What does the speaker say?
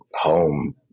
home